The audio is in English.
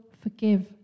forgive